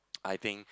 I think